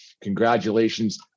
congratulations